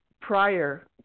prior